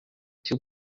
two